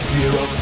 Zero